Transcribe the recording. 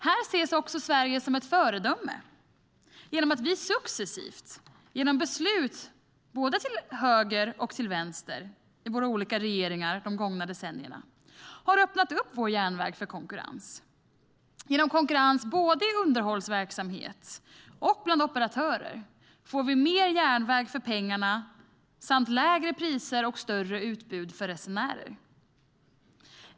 Här ses dessutom Sverige som ett föredöme genom att vi successivt, genom beslut från regeringar både till höger och vänster de gångna decennierna har öppnat upp vår järnväg för konkurrens. Genom konkurrens både i underhållsverksamhet och bland operatörer får vi mer järnväg för pengarna samt lägre priser och större utbud för resenärerna.